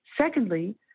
secondly